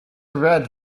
red